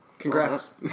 Congrats